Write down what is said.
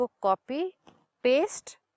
copy-paste